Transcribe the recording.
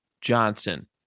Johnson